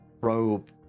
probe